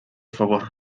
favor